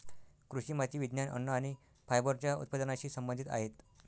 कृषी माती विज्ञान, अन्न आणि फायबरच्या उत्पादनाशी संबंधित आहेत